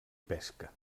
pesca